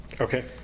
Okay